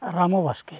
Ramu Baske